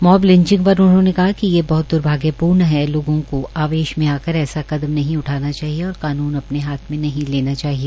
mob lynching पर उन्होंने कहा कि ये बहत द्भाग्यपूर्ण है लोगों को आवेश में आकर ऐसा कदम नहीं उठाना चाहिए और कानून अपने हाथ में नहीं लेना चाहिए